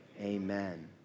amen